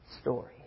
story